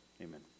Amen